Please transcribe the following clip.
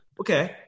Okay